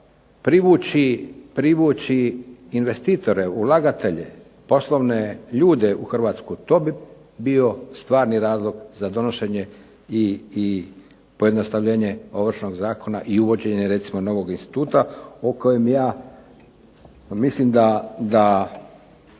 privući investitore, ulagatelje, poslovne ljude u Hrvatsku? To bi bio stvarni razlog za donošenje i pojednostavljenje Ovršnog zakona i uvođenje recimo novog instituta, o kojem ja mislim da